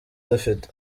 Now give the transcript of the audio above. dufite